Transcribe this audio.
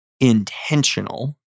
intentional